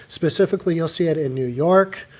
specifically, you'll see it in new york.